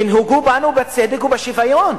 תנהגו בנו בצדק ובשוויון,